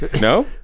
No